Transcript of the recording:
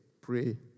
pray